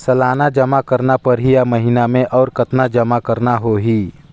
सालाना जमा करना परही या महीना मे और कतना जमा करना होहि?